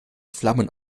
flammen